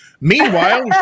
Meanwhile